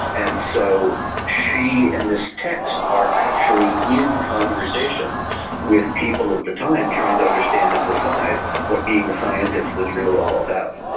and so she and this text are actually in conversation with people of the time trying to understand and decide what being a scientist is really all about.